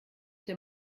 der